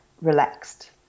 relaxed